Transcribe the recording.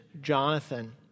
Jonathan